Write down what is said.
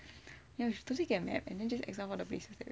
ya we should totally get a map and just X out all the place we have